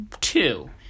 two